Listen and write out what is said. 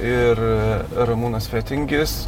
ir ramūnas fetingis